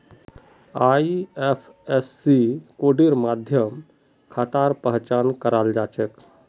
IFSC कोडेर माध्यम खातार पहचान कराल जा छेक